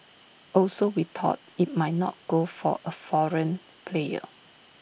also we thought IT might not go for A foreign player